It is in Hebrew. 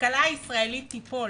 הכלכלה הישראלית תיפול,